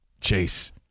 chase